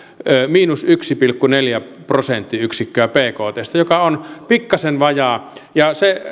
miinus yksi pilkku neljä prosenttiyksikköä bktstä joka on pikkasen vajaa